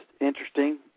interesting